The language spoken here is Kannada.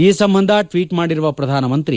ಈ ಸಂಬಂಧ ಟ್ವೀಟ್ ಮಾಡಿರುವ ಪ್ರಧಾನಮಂತ್ರಿ